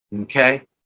okay